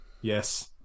Yes